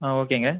ஆ ஓகேங்க